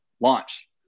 Launch